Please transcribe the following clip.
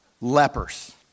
lepers